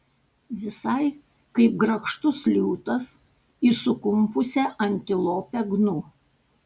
visai kaip grakštus liūtas į sukumpusią antilopę gnu